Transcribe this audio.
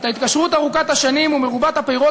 את ההתקשרות ארוכת השנים ומרובת הפירות